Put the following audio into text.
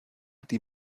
die